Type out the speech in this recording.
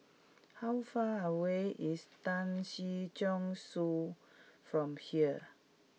how far away is Tan Si Chong Su from here